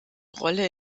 rolle